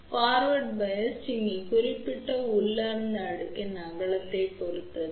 மேலும் முன்னோக்கி மின்னழுத்தம் இந்த குறிப்பிட்ட உள்ளார்ந்த அடுக்கின் அகலத்தைப் பொறுத்தது